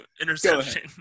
interception